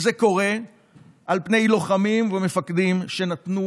וזה קורה על פני לוחמים ומפקדים שנתנו